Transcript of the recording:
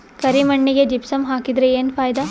ಕರಿ ಮಣ್ಣಿಗೆ ಜಿಪ್ಸಮ್ ಹಾಕಿದರೆ ಏನ್ ಫಾಯಿದಾ?